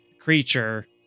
creature